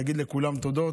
נגיד לכולם תודות.